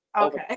okay